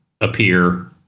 appear